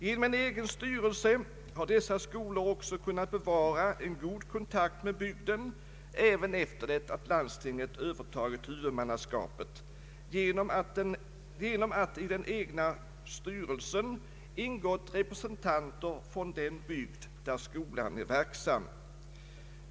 Genom en egen styrelse har dessa skolor också kunnat bevara en god kontakt med bygden, även efter det att landstinget övertagit huvudmannaskapet genom att i den egna styrelsen ingått representanter från den bygd där skolan är verksam.